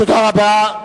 תודה רבה.